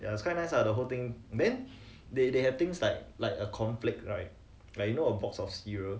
ya is quite nice lah the whole thing then they they have things like like a cornflake right like you know a box of cereals